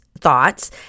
thoughts